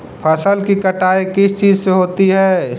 फसल की कटाई किस चीज से होती है?